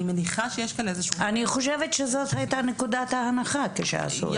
אני חושבת שזאת הייתה נקודת ההנחה כשעשו את זה.